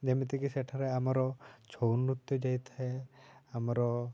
ଯେମିତିକି ସେଠାରେ ଆମର ଛଉ ନୃତ୍ୟ ଯାଇଥାଏ ଆମର